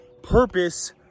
purpose